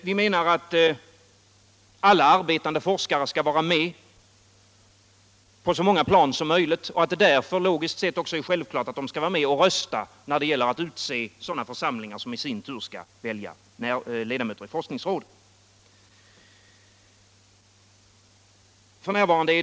Vi menar att alla arbetande forskare skall vara med på så många plan som möjligt och att det därför logiskt sett också är självklart att de skall få rösta vid utseendet av församlingar som sedan i sin tur skall välja ledamöter i forskningsråden.